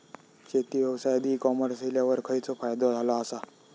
शेती व्यवसायात e commerce इल्यावर खयचो फायदो झालो आसा?